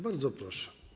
Bardzo proszę.